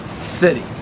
city